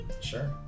Sure